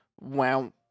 wow